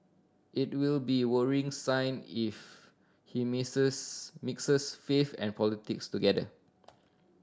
it will be worrying sign if he mixes mixes faith and politics together